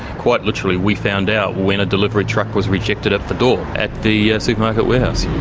quite literally we found out when a delivery truck was rejected at the door, at the supermarket warehouse.